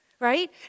right